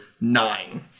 nine